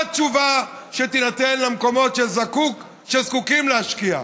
מה התשובה שתינתן למקומות שזקוקים להשקעה?